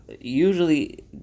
usually